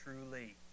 truly